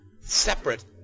separate